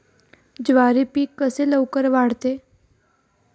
ज्वारी पीक कसे लवकर वाढते?